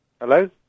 Hello